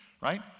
right